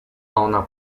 ona